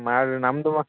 ಮಾಡ್ರಿ ನಮ್ದುವಾ